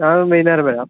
ഞാൻ വൈകുന്നേരം വരാം